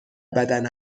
بدن